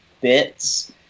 bits